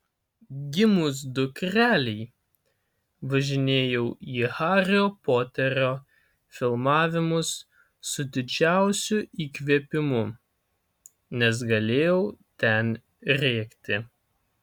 gimus dukrelei važinėjau į hario poterio filmavimus su didžiausiu įkvėpimu nes galėjau ten rėkti